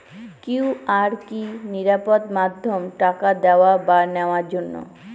QR কি নিরাপদ মাধ্যম টাকা দেওয়া বা নেওয়ার জন্য?